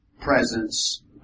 presence